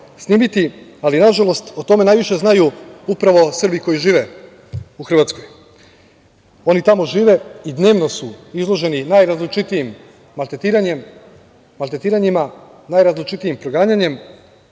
ali, nažalost, o tome najviše znaju upravo Srbi koji žive u Hrvatskoj. Oni tamo žive i dnevno su izloženi najrazličitijem maltretiranjima, najrazličitijim proganjanjima,